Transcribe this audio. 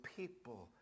people